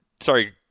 Sorry